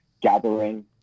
Gathering